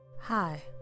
hi